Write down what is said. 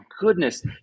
goodness